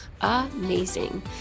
amazing